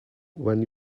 when